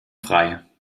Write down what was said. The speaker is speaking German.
frei